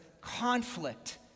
conflict